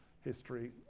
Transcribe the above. history